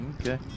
Okay